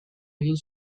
egin